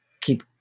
keep